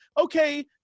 okay